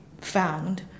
found